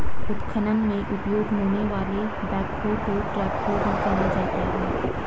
उत्खनन में उपयोग होने वाले बैकहो को ट्रैकहो भी कहा जाता है